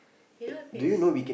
you know if it's